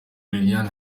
liliane